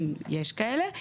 אם יש כאלה,